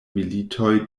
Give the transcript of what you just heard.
militoj